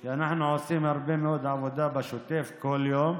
כי אנחנו עושים הרבה מאוד עבודה בשוטף, כל יום,